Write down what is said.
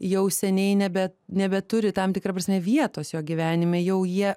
jau seniai nebe nebeturi tam tikra prasme vietos jo gyvenime jau jie